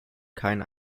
keinen